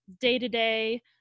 day-to-day